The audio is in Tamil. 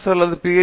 எஸ் அல்லது பி